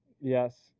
Yes